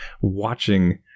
watching